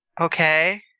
Okay